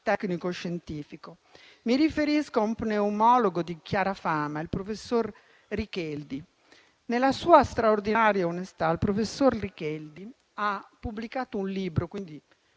tecnico scientifico, il CTS. Mi riferisco a uno pneumologo di chiara fama, il professor Richeldi. Nella sua straordinaria onestà, il professor Richeldi ha pubblicato un libro che vi